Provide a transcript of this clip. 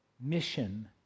Mission